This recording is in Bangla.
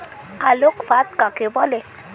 আলোক ফাঁদ কাকে বলে?